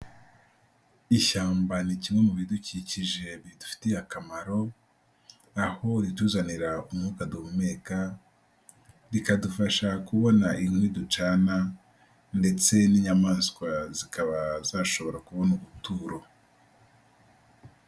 Ishyamba ni kimwe mu bidukikije bidufitiye akamaro, aho rituzanira umwuka duhumeka, rikadufasha kubona inkwi ducana ndetse n'inyamaswa zikaba zashobora kubona ubuturo.